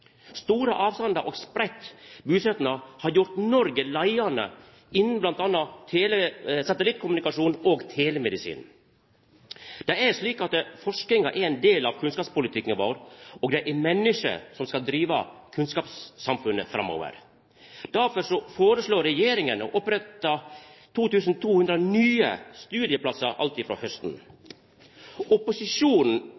store utfordringar for landet til openberre fortrinn: Store avstandar og spreidd busetnad har gjort Noreg leiande innan bl.a. satellittkommunikasjon og telemedisin. Forskinga er ein del av kunnskapspolitikken vår, og det er menneske som skal driva kunnskapssamfunnet framover. Difor føreslår regjeringa å oppretta 2 200 nye studieplassar alt